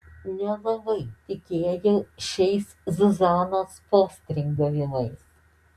nelabai tikėjau šiais zuzanos postringavimais